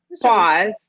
Pause